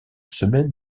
semaine